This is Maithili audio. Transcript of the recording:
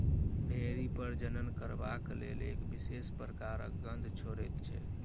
भेंड़ी प्रजनन करबाक लेल एक विशेष प्रकारक गंध छोड़ैत छै